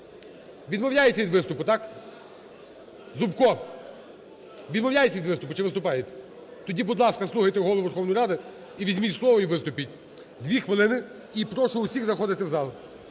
Відмовляється від виступу, так? Зубко! Відмовляєтесь від виступу чи виступаєте? Тоді, будь ласка, слухайте Голову Верховної Ради і візьміть слово і виступіть. Дві хвилини. І прошу усіх заходити в зал.